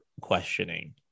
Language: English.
questioning